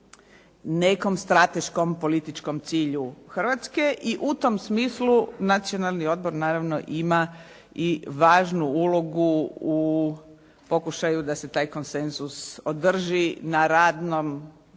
nekom strateškom političkom cilju Hrvatske. I u tom smislu Nacionalni odbor naravno ima i važnu ulogu u pokušaju da se taj konsenzus održi na radnom nivou,